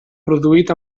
produït